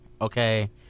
okay